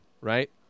right